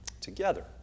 together